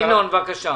ינון, בבקשה.